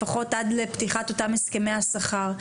לפחות עד פתיחת אותם הסכמי השכר,